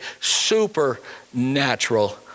supernatural